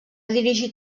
dirigir